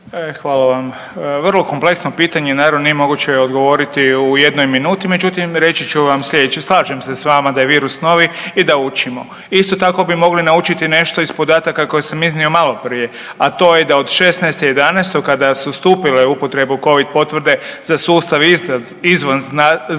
hvala vam. Vrlo kompleksno pitanje, naravno nije moguće odgovoriti u jednoj minuti. Međutim, reći ću vam slijedeće, slažem se s vama da je virus novi i da učimo. Isto tako bi mogli naučiti nešto iz podataka koje sam iznio maloprije, a to je da od 16.11. kada su stupila u upotrebu Covid potvrde za sustav izvan zdravstva